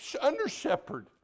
under-shepherd